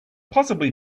possibly